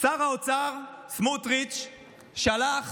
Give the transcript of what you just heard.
שר האוצר סמוטריץ' שלח